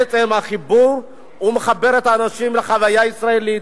בעצם החיבור היא מחברת את האנשים לחוויה הישראלית,